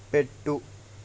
పెట్టు